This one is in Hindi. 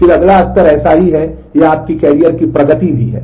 फिर अगला स्तर ऐसा ही है यह आपके करियर की प्रगति भी है